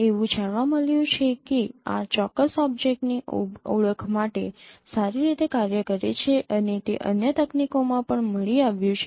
એવું જાણવા મળ્યું છે કે આ ચોક્કસ ઓબ્જેક્ટની ઓળખ માટે સારી રીતે કાર્ય કરે છે અને તે અન્ય તકનીકોમાં પણ મળી આવ્યું છે